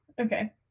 okay